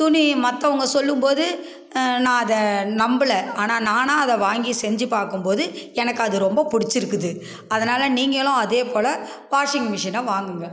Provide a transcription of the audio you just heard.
துணி மற்றவங்க சொல்லும்போது நான் அதை நம்பல ஆனால் நானாக அதை வாங்கி செஞ்சு பார்க்கும்போது எனக்கு அது ரொம்ப பிடிச்சிருக்குது அதனால் நீங்களும் அதேபோல் வாஷிங்மிஷினை வாங்குங்க